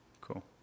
Cool